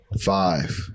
five